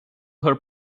her